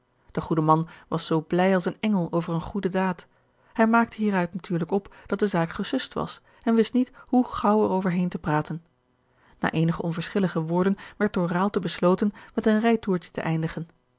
de goede man was zoo blij als een engel over eene goede daad hij maakte hieruit natuurlijk op dat de zaak gesust was en wist niet hoe gaauw er over heen te praten na eenige onverschillige woorden werd door raalte besloten met een rijtoertje te eindigen